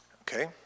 Okay